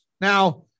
Now